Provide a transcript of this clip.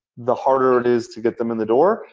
the harder it is to get them in the door.